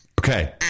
Okay